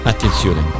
Attenzione